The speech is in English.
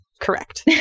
Correct